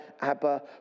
Abba